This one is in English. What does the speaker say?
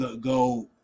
go